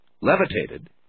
levitated